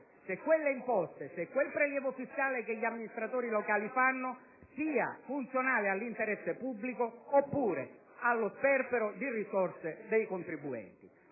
se quelle imposte, se quel prelievo fiscale che gli amministratori locali richiedono siano funzionali all'interesse pubblico oppure allo sperpero di risorse dei contribuenti.